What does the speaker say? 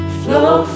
flow